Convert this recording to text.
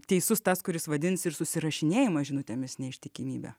teisus tas kuris vadins ir susirašinėjimą žinutėmis neištikimybe